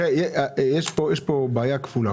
יש פה בעיה כפולה.